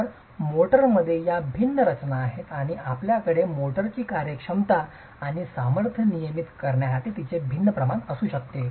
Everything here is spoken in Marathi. तर मोर्टारमध्ये या भिन्न रचना आहेत आणि आपल्याकडे मोर्टारची कार्यक्षमता आणि सामर्थ्य नियमित करण्यासाठी याचे भिन्न प्रमाण असू शकते